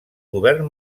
govern